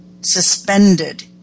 suspended